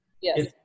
Yes